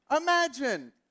imagine